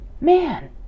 Man